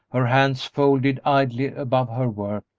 her hands folded idly above her work,